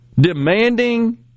demanding